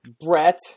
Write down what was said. Brett